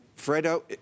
Fredo